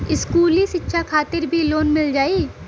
इस्कुली शिक्षा खातिर भी लोन मिल जाई?